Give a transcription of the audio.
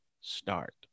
start